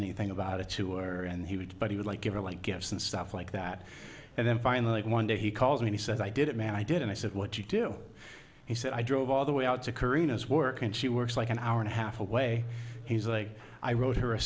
anything about it to our and he would but he would like it or like gifts and stuff like that and then finally one day he calls and he said i did it man i did and i said what you do he said i drove all the way out to kareen as work and she works like an hour and a half away he's like i wrote her a